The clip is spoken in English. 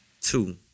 two